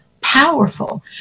powerful